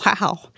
wow